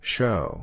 Show